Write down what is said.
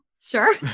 Sure